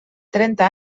trenta